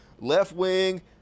left-wing